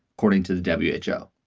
according to the w h o.